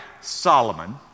Solomon